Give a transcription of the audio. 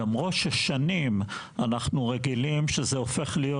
למרות ששנים אנחנו רגילים שזה הופך להיות